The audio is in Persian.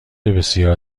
بسیار